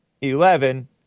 eleven